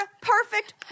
perfect